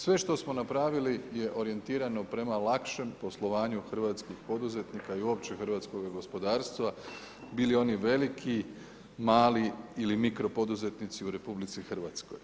Sve što smo napravili je orijentirano prema lakšem poslovanju hrvatskih poduzetnika i uopće hrvatskoga gospodarstva bili oni veliki, mali ili mikro poduzetnici u Republici Hrvatskoj.